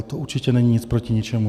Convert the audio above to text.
To určitě není nic proti ničemu.